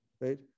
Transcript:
right